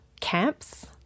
camps